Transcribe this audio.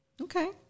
Okay